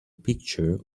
picture